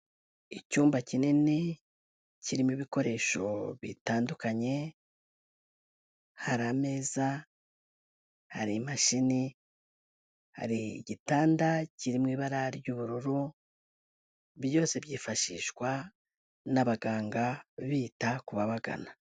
Icyumba kinini, kirimo ibikoresho bitandukanye, hari ameza, hari imashini, hari igitanda kiri mu ibara ry'ubururu, byose byifashishwa n'abaganga, bita ku babagana.